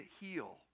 heal